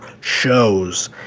shows